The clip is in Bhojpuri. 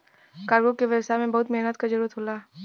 कार्गो के व्यवसाय में बहुत मेहनत क जरुरत होला